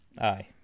Aye